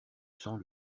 sang